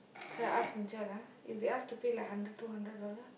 so I ask Ming Qiao ah if they ask to pay like hundred two hundred dollar